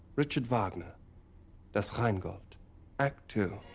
richard wagner das rheingold act two